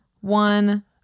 one